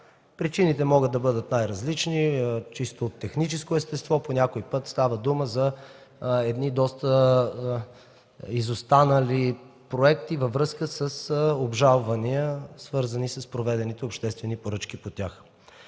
Причините могат да бъдат най-различни – от чисто техническо естество, по някой път става дума за доста изостанали проекти във връзка с обжалвания, свързани с проведените по тях обществени поръчки. В тази